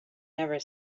never